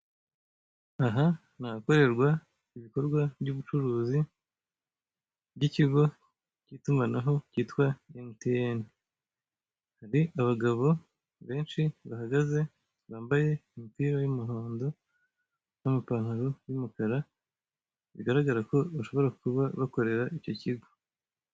Aha ni ahakorerwa ibikorwa by'ubucuruzi by'ikigo cy'itumanaho cyitwa emutiyene. Hari abagabo benshi bahagaze, bambaye imipira y'umuhondo n'amapantaro y'umukara, bigaragara ko bashobora kuba bakorera icyo kigo.